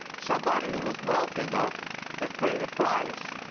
somebody who was wealthy enough to pay the price,